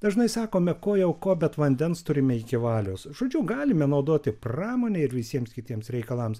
dažnai sakome ko jau ko bet vandens turime iki valios žodžiu galime naudoti pramonėj ir visiems kitiems reikalams